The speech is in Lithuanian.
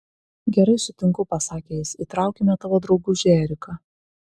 gerai sutinku pasakė jis įtraukime tavo draugužį eriką